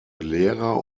lehrer